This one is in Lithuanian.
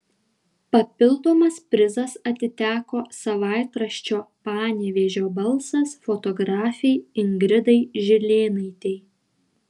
papildomas prizas atiteko savaitraščio panevėžio balsas fotografei ingridai žilėnaitei